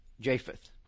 Japheth